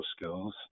skills